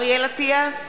אריאל אטיאס,